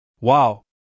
Wow